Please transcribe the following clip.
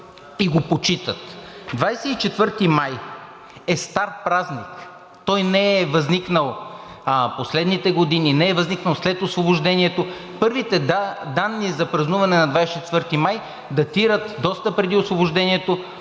и четвърти май е стар празник. Той не е възникнал в последните години, не е възникнал след Освобождението. Първите данни за празнуване на 24 май датират доста преди Освобождението